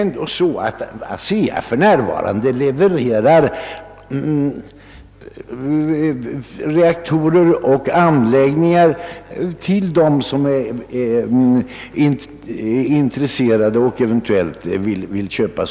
ASEA levererar för närvarande reaktorer och stora anläggningar till dem som är intresserade och eventuellt vill köpa.